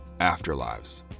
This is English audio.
afterlives